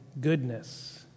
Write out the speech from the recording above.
goodness